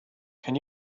can